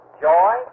joy